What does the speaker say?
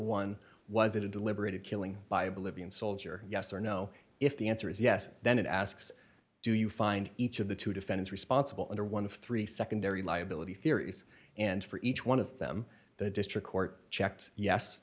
one was it a deliberate a killing by a bolivian soldier yes or no if the answer is yes then it asks do you find each of the to defend is responsible under one of three secondary liability theories and for each one of them the district court checked yes